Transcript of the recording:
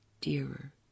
dearer